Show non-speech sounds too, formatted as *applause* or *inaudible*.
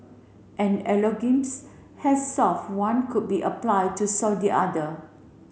an *unintelligible* has solve one could be applied to solve the other